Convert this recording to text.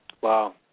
wow